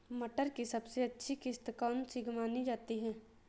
मटर की सबसे अच्छी किश्त कौन सी मानी जाती है?